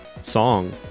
song